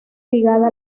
ligada